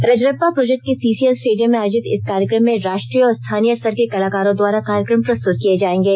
Rajrappa project के CCL stadium में आयोजित इस कार्यक्रम में राष्ट्रीय और स्थानीय स्तर के कलाकारों द्वारा कार्यक्रम प्रस्तुत किए जाएंगे